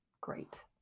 great